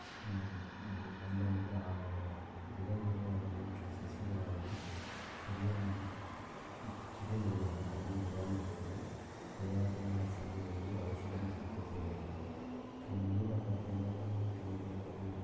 ಬಂದ ಮೇಲೆ ಆ ಗಿಡಗಳು ಆಗಲಿ ಕೆಲವು ಸಸಿಗಳಾಗಲಿ ಸರಿಯಾಗಿ ಚಿಗುರು ಬರುವುದಿಲ್ಲ ಅದನ್ನು ಸರಿಯಾದ ರೀತಿಯಲ್ಲಿ ಸರಿಯಾದ ಸಮಯದಲ್ಲಿ ಔಷಧಿಯನ್ನು ಸಿಂಪಡಿಸಬೇಕು ಕೆಲವು ನೀರಿನ ಕೊರತೆಯಿಂದನೂ ಕೆಲವು ಗಿಡಗಳು